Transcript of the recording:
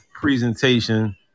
presentation